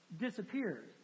disappears